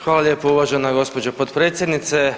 Hvala lijepo uvažena gđo. potpredsjednice.